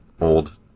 Old